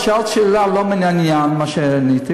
את שאלת שאלה לא מן העניין של מה שעניתי.